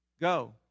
Go